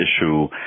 issue